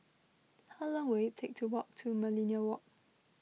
how long will it take to walk to Millenia Walk